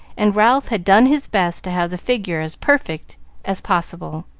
and ralph had done his best to have the figure as perfect as possible,